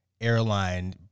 airline